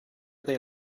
they